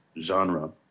genre